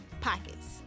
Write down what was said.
Pockets